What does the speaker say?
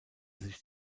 sich